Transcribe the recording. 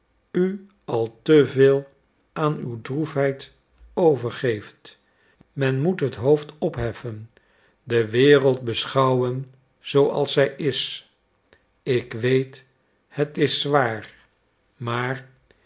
u al te veel aan uw droefheid overgeeft men moet het hoofd opheffen de wereld beschouwen zooals zij is ik weet het is zwaar maar